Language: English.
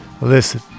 Listen